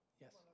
Yes